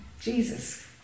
Jesus